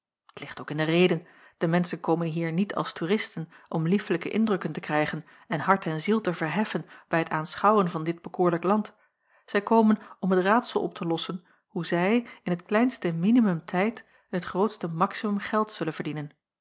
ook in de reden de menschen komen hier niet als toeristen om liefelijke indrukken te krijgen en hart en ziel te verheffen bij t aanschouwen van dit bekoorlijk land zij komen om het raadsel op te lossen hoe zij in het kleinste jacob van ennep laasje evenster minimum tijd het grootste maximum geld zullen verdienen